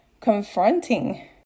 confronting